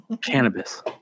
cannabis